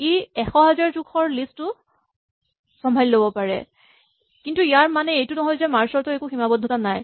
ই ১০০০০০ জোখৰ লিষ্ট ও চম্ভালিব পাৰে কিন্তু ইয়াৰ মানে এইটো নহয় যে মাৰ্জ চৰ্ট ৰ একো সীমাবদ্ধতা নাই